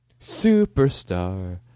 superstar